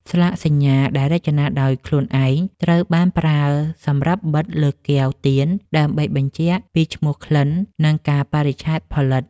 ស្លាកសញ្ញា ដែលរចនាដោយខ្លួនឯង ត្រូវបានប្រើសម្រាប់បិទលើកែវទៀនដើម្បីបញ្ជាក់ពីឈ្មោះក្លិន និងកាលបរិច្ឆេទផលិត។